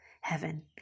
heaven